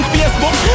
Facebook